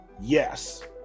yes